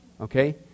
Okay